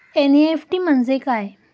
NEFT म्हणजे काय?